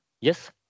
Yes